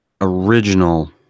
original